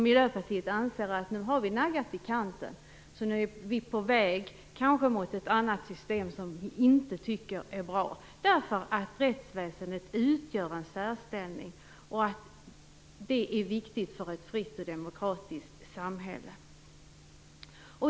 Miljöpartiet anser att vi har naggat systemet i kanten och att vi kanske är på väg mot ett annat system som vi inte tycker är bra. Rättsväsendet har en särställning, och det är viktigt för ett fritt och demokratiskt samhälle.